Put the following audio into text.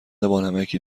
بانمکی